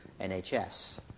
NHS